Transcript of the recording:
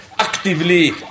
actively